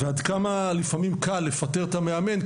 וכמה לפעמים הכי קל לפטר את המאמן,